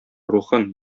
рухын